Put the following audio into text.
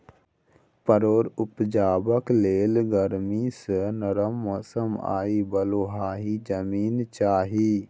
परोर उपजेबाक लेल गरमी सँ नरम मौसम आ बलुआही जमीन चाही